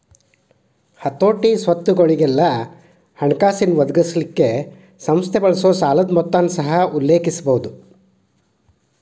ಹತೋಟಿ, ಸ್ವತ್ತುಗೊಳಿಗೆಲ್ಲಾ ಹಣಕಾಸಿನ್ ಒದಗಿಸಲಿಕ್ಕೆ ಸಂಸ್ಥೆ ಬಳಸೊ ಸಾಲದ್ ಮೊತ್ತನ ಸಹ ಉಲ್ಲೇಖಿಸಬಹುದು